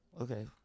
Okay